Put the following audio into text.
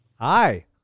Hi